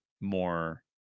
more